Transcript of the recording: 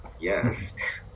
yes